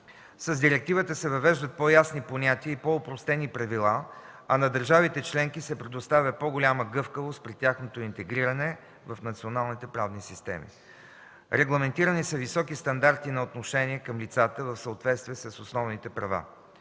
с директивата се въвеждат по-ясни понятия и по-опростени правила, а на държавите членки се предоставя по-голяма гъвкавост при тяхното интегриране в националните правни системи. Регламентирани са високи стандарти на отношение към лицата в съответствие с основните права.